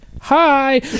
Hi